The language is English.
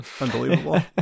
Unbelievable